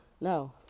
No